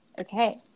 Okay